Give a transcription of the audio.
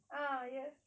uh yes